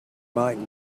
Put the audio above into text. might